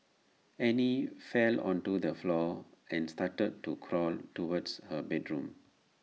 Annie fell onto the floor and started to crawl towards her bedroom